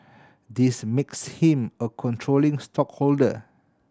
this makes him a controlling stakeholder